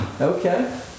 Okay